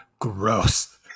Gross